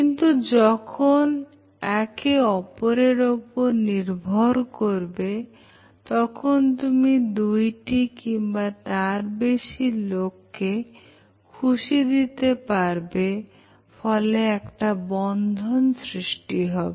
কিন্তু যখন একে অপরের উপর নির্ভর করবে তখন তুমি দুইটি কিংবা তার বেশি লোককে খুশি দিতে পারবে ফলে একটি বন্ধন সৃষ্টি হবে